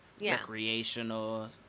recreational